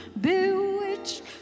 Bewitched